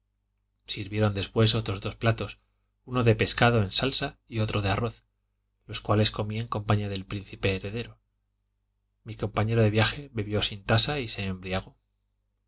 sirvieron después otros dos platos uno de pescado en salsa y otro de arroz los cuales comí en compañía del príncipe heredero mi compañero de viaje bebió sin tasa y se embriagó sus